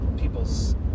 people's